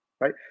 right